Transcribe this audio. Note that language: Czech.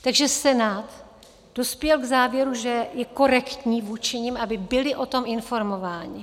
Takže Senát dospěl k závěru, že je korektní vůči nim, aby byli o tom informováni.